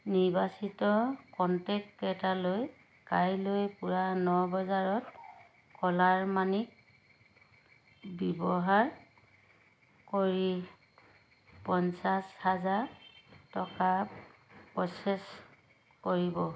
নিৰ্বাচিত কনটেক্টকেইটালৈ কাইলৈ পুৱা ন বজাত অ'লাৰ মানি ব্যৱহাৰ কৰি পঞ্চাছ হাজাৰ টকা প্ৰ'চেছ কৰিব